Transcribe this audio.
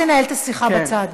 תנהל את השיחה בצד.